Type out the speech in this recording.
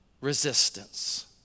resistance